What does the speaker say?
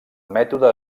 mètode